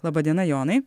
laba diena jonai